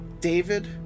David